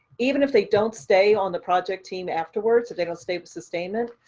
even if they don't stay on the project team afterwards, if they don't stay with sustainment.